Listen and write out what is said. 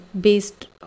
based